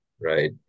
right